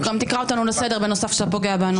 גם תקרא אותנו לסדר בנוסף לזה שאתה פוגע בנו.